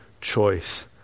choice